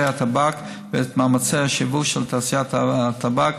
הטבק ואת מאמצי השיווק של תעשיית הטבק,